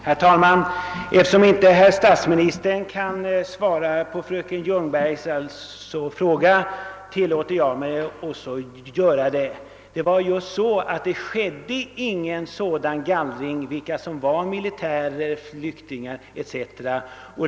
Herr talman! Eftersom herr statsministern inte kan svara på fröken Ljungbergs fråga tillåter jag mig att göra det. Det förhöll sig så, att det inte skedde någon grundligare undersökning av vilka som var militärer, flyktingar etc.